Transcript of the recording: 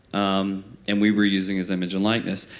um and we were using his image and likeness.